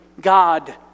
god